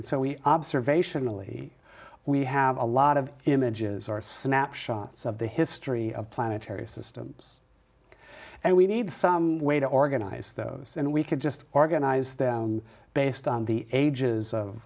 and so we observationally we have a lot of images or snapshots of the history of planetary systems and we need some way to organize those and we could just organize them based on the ages